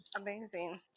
amazing